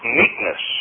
meekness